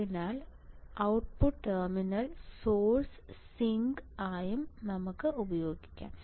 അതിനാൽ output terminal source sink ആയും നമുക്ക് ഉപയോഗിക്കാം